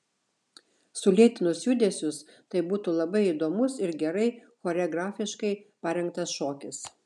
sulėtinus judesius tai būtų labai įdomus ir gerai choreografiškai parengtas šokis